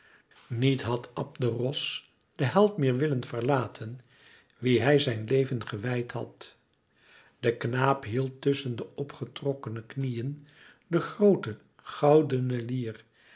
niet had abderos den held meer willen verlaten wien hij zijn leven gewijd had de knaap hield tusschen de opgetrokkene knieën de groote goudene lier